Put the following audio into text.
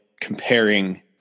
comparing